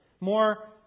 More